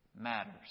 matters